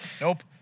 nope